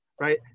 right